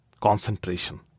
concentration